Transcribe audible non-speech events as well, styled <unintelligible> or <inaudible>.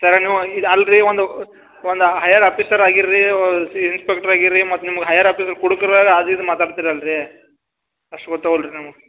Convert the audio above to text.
sir ನೀವು ಇದು ಅಲ್ರಿ ಒಂದು ಒಂದ ಹೈಯರ್ ಆಪೀಸರ್ ಆಗಿರ ರೀ <unintelligible> ಇನ್ಸ್ಪೆಕ್ಟ್ರ್ ಆಗಿರ ರೀ ಮತ್ತು ನಿಮ್ಗೆ ಹೈಯರ್ ಆಪೀಸ್ ಕುಡುಕರಾಗಿ ಅದು ಇದು ಮಾತಾಡ್ತಿರ ಅಲ್ರಿ ಅಷ್ಟು ಗೊತ್ತಾಗುಲ್ಲ ರೀ ನಿಮ್ಗ